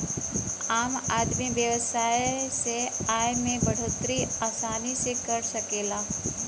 आम आदमी व्यवसाय से आय में बढ़ोतरी आसानी से कर सकला